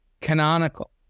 canonical